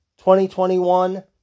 2021